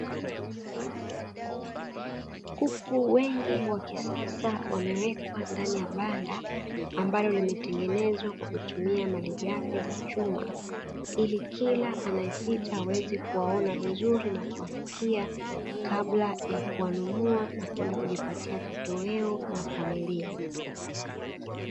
Kuku wengi wa kisasa wamewekwa ndani ya banda ambalo limetengenezwa kwa kutumia malighafi za chuma ili kila anayepita aweze kuwaona vizuri na kuwafikia kabla ya kuwanunua na kwenda kujipatia kitoweo na familia.